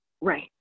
right